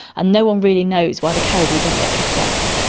and no one really knows why the caribou don't get cataracts.